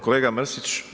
Kolega Mrsić.